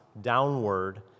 downward